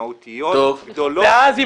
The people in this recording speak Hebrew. משמעותיות גדולות ומשם --- ואז,